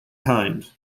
kind